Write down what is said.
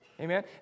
Amen